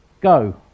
go